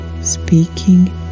speaking